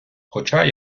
хоча